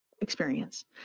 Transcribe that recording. experience